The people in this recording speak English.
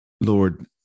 Lord